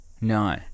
No